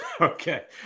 okay